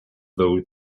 though